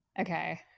Okay